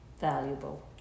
valuable